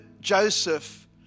Joseph